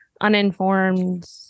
uninformed